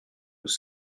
nous